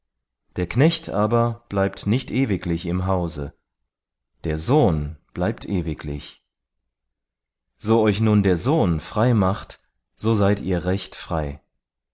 der knecht aber bleibt nicht ewiglich im hause der sohn bleibt ewiglich so euch nun der sohn frei macht so seid ihr recht frei